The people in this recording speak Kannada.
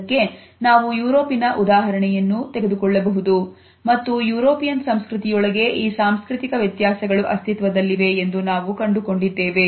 ಇದಕ್ಕೆ ನಾವು ಯುರೋಪಿನ ಉದಾಹರಣೆಯನ್ನು ತೆಗೆದುಕೊಳ್ಳಬಹುದು ಮತ್ತು ಯುರೋಪಿಯನ್ ಸಂಸ್ಕೃತಿಯೊಳಗೆ ಈ ಸಾಂಸ್ಕೃತಿಕ ವ್ಯತ್ಯಾಸಗಳು ಅಸ್ತಿತ್ವದಲ್ಲಿವೆ ಎಂದು ನಾವು ಕಂಡುಕೊಂಡಿದ್ದೇವೆ